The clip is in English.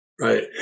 right